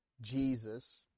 Jesus